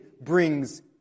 brings